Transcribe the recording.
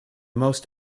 most